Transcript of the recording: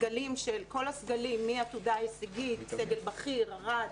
כל הסגלים מעתודה הישגית, סגל בכיר, ארד,